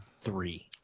three